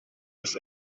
was